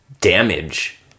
damage